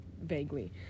vaguely